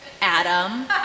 Adam